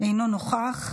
אינו נוכח.